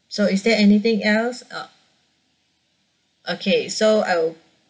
so is there anything else uh okay so I will